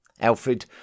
Alfred